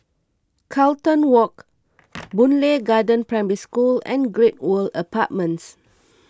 Carlton Walk Boon Lay Garden Primary School and Great World Apartments